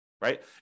right